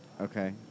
Okay